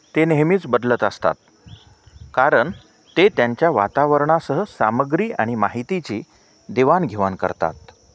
ते नेहमीच बदलत असतात कारण ते त्यांच्या वातावरणाासह सामग्री आणि माहितीची देवाणघेवाण करतात